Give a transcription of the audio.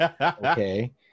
Okay